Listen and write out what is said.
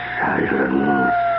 silence